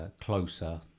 closer